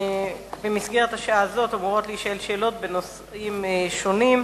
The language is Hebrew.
במסגרת השעה הזאת אמורות להישאל שאלות בנושאים שונים.